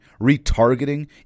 retargeting